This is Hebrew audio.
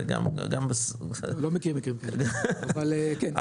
לא מכיר מקרים כאלה אבל כן.